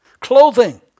Clothing